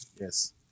Yes